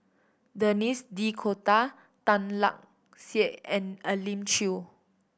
Denis D'Cotta Tan Lark Sye and Elim Chew